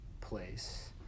place